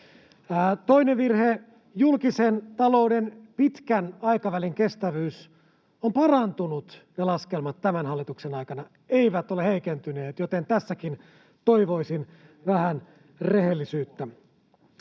Toinen virhe: julkisen talouden pitkän aikavälin kestävyys on parantunut, ja laskelmat tämän hallituksen aikana eivät ole heikentyneet, joten tässäkin toivoisin vähän rehellisyyttä.